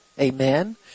Amen